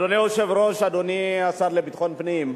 אדוני היושב-ראש, אדוני השר לביטחון פנים,